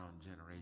generation